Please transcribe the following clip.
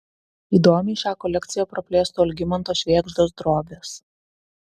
įdomiai šią kolekciją praplėstų algimanto švėgždos drobės